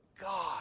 God